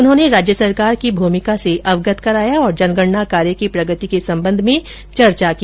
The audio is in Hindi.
उन्होंने राज्य सरकार की भूमिका से अवगत कराया और जनगणना कार्य की प्रगति के संबंध में चर्चा की